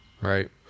Right